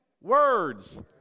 Words